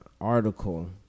article